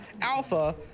alpha